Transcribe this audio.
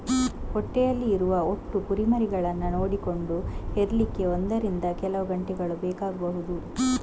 ಹೊಟ್ಟೆಯಲ್ಲಿ ಇರುವ ಒಟ್ಟು ಕುರಿಮರಿಗಳನ್ನ ನೋಡಿಕೊಂಡು ಹೆರ್ಲಿಕ್ಕೆ ಒಂದರಿಂದ ಕೆಲವು ಗಂಟೆಗಳು ಬೇಕಾಗ್ಬಹುದು